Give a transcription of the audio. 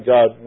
God